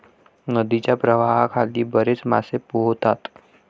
नदीच्या प्रवाहाखाली बरेच मासे पोहतात